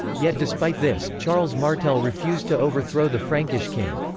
yet despite this, charles martel refused to overthrow the frankish king.